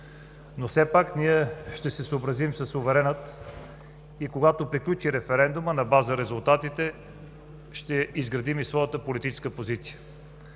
Но все пак ние ще се съобразим със суверена и когато приключи референдума на база на резултатите, ще изградим и своята политическа позиция.